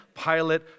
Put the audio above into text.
Pilate